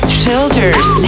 filters